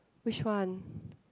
which one